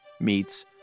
Meets